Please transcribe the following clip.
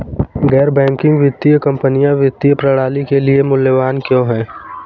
गैर बैंकिंग वित्तीय कंपनियाँ वित्तीय प्रणाली के लिए मूल्यवान क्यों हैं?